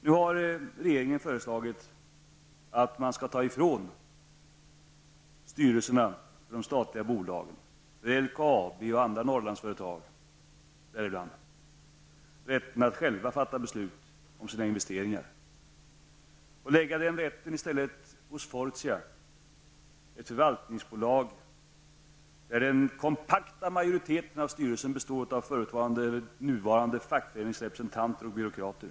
Nu har regeringen föreslagit att man skall ta ifrån styrelserna för de statliga bolagen, däribland LKAB och andra Norrlandsföretag, rätten att själva fatta beslut om sina investeringar och i stället lägga den rätten hos Fortia. Det är ett förvaltningsbolag där den kompakta majoriteten av styrelsen består av förutvarande eller nuvarande fackföreningsrepresentanter och byråkrater.